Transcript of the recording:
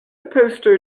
poster